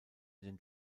den